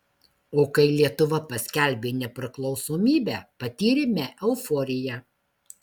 o kai lietuva paskelbė nepriklausomybę patyrėme euforiją